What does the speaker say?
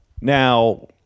Now